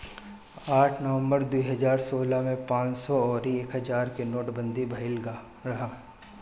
आठ नवंबर दू हजार सोलह में पांच सौ अउरी एक हजार के नोटबंदी भईल रहे